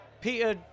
Peter